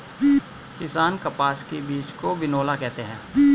किसान कपास के बीज को बिनौला कहते है